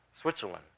Switzerland